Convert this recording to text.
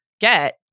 get